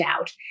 out